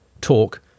talk